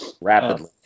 Rapidly